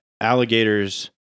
alligators